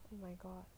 oh my god